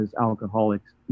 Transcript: alcoholics